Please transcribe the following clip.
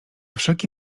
wszelki